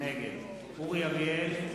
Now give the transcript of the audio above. נגד אורי אריאל,